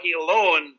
alone